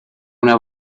una